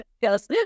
Yes